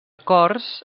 cors